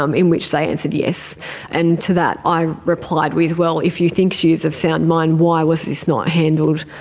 um in which they answered yes and to that i replied with well if you think she is of sound mind, why was this not handled,